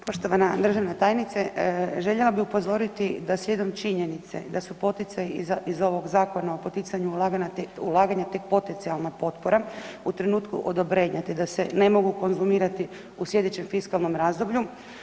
Poštovana državna tajnice, željela bih upozoriti da slijedom činjenice da su poticaji iz ovog zakona o poticanju ulaganja tek poticajna potpora, u trenutku odobrenja te da se ne mogu konzumirati u sljedećem fiskalnom razdoblju.